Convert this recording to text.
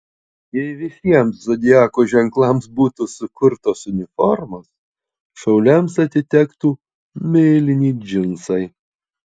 jei visiems zodiako ženklams būtų sukurtos uniformos šauliams atitektų mėlyni džinsai